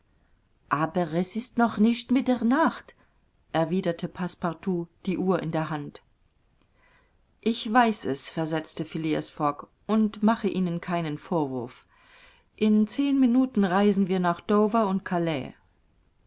aber es ist noch nicht mitternacht erwiderte passepartout die uhr in der hand ich weiß es versetzte phileas fogg und mache ihnen keinen vorwurf in zehn minuten reisen wir nach dover und calais